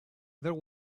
there